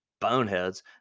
boneheads